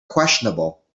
questionable